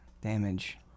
damage